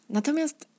Natomiast